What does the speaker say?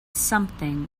something